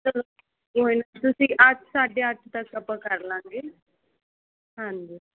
ਤੁਸੀਂ ਅੱਜ ਸਾਡੇ ਅੱਜ ਤੱਕ ਆਪਾਂ ਕਰ ਲਾਂਗੇ ਹਾਂਜੀ